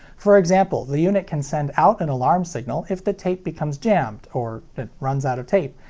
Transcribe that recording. for example, the unit can send out an alarm signal if the tape becomes jammed or it runs out of tape.